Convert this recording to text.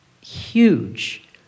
huge